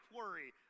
worry